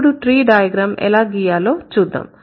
ఇప్పుడు tree diagram ఎలా గీయాలో చూద్దాం